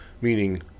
meaning